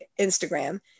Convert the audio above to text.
Instagram